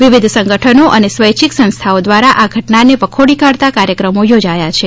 વિવિધ સંગઠનો અને સ્વૈચ્છિક સંસ્થાઓ દ્વારા આ ઘટનાને વખોડી કાઢતા કાર્યક્રમો યોજ્યા છે